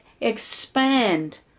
expand